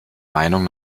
meinung